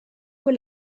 con